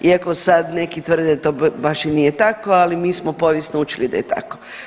Iako sad neki tvrde da to baš i nije tako, ali mi smo povijest u čili da je tako.